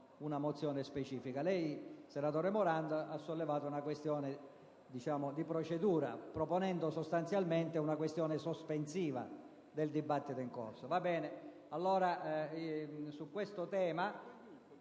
mozione. Il senatore Morando, invece, ha sollevato una questione di procedura proponendo sostanzialmente una questione sospensiva del dibattito in corso.